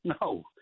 No